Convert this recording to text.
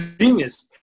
genius